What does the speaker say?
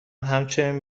همچنین